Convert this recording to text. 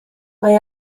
mae